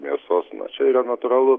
mėsos na čia yra natūralu